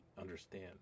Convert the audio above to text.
understand